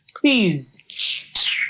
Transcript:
Please